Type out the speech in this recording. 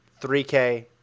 3K